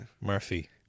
Murphy